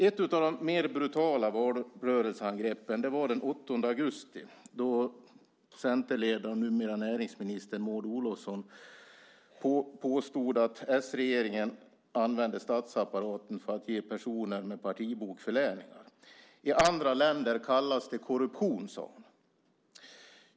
Ett av de mer brutala angreppen i valrörelsen skedde den 8 augusti då centerledaren och numera näringsministern Maud Olofsson påstod att s-regeringen använde statsapparaten för att ge personer med partibok förläningar. I andra länder kallas det korruption, sade hon.